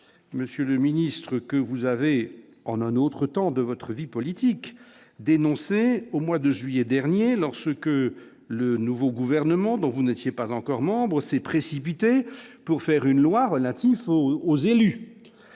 monsieur le ministre, que vous avez en un autre temps de votre vie politique au mois de juillet dernier, lors ce que le nouveau gouvernement dont vous ne. J'ai pas encore membre s'est précipité pour faire une loi relatif au aux élus